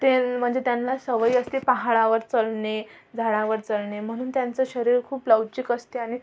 ते म्हणजे त्यांना सवय असते पहाडावर चढणे झाडांवर चढणे म्हणून त्यांचं शरीर खूप लवचिक असते आणि